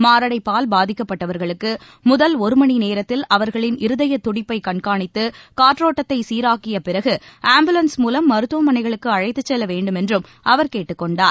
மாரடைப்பால் பாதிக்கப்பட்டவர்களுக்கு முதல் ஒருமணிநேரத்தில் அவர்களின் இருதய துடிப்பைக் கண்காணித்து காற்றோட்டத்தை சீராக்கியப் பிறகு ஆம்புலன்ஸ் மூலம் மருத்துவமனைகளுக்கு அழைத்துச் செல்ல வேண்டுமென்றும் அவர் கேட்டுக் கொண்டார்